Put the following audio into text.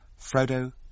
Frodo